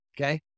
Okay